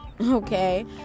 Okay